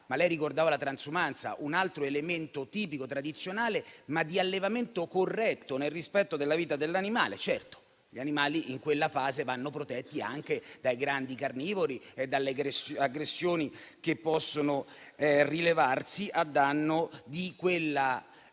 Lei ricordava la transumanza, un altro elemento tipico e tradizionale, ma di allevamento corretto nel rispetto della vita dell'animale. Certo, gli animali in quella fase vanno protetti anche dai grandi carnivori e dalle aggressioni che possono rilevarsi a danno di